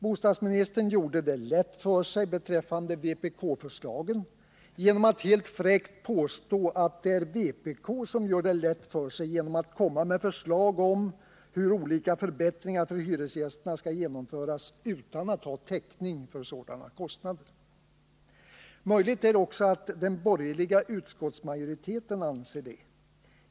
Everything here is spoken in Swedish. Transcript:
Bostadsministern gjorde det lätt för sig beträffande vpk-förslagen genom att helt fräckt påstå att vpk gör det lätt för sig genom att komma med förslag om hur olika förbättringar för hyresgästerna skall genomföras utan att ha täckning för sådana kostnader. Möjligt är att också den borgerliga utskottsmajoriteten anser detta.